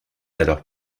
alors